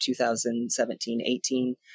2017-18